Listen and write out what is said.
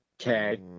Okay